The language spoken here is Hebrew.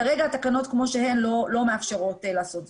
כרגע התקנות כמו שהן לא מאפשרות לעשות זאת.